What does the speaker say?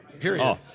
Period